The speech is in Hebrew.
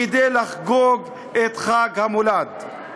כדי לחגוג את חג המולד.